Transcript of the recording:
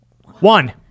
One